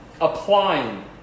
applying